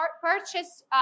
purchase